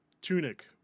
Tunic